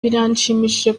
biranshimishije